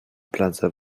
plaza